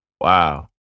Wow